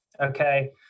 okay